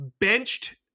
benched